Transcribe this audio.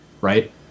right